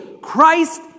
Christ